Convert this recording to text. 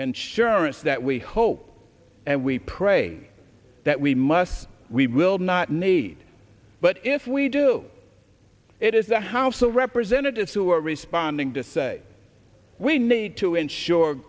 insurance that we hope and we pray that we must we will not need but if we do it is the house of representatives who are responding to say we need to ensure